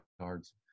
cards